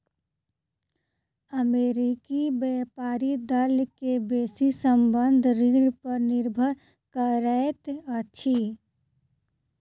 अमेरिकी व्यापारी दल के बेसी संबंद्ध ऋण पर निर्भर करैत अछि